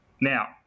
Now